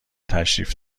تشریف